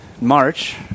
march